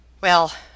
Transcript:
Well